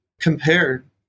compared